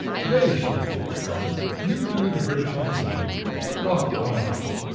to-day, she answered sternly, you do the british museum. you've put it off long enough.